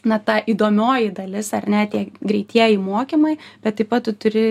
na ta įdomioji dalis ar ne tie greitieji mokymai bet taip pat tu turi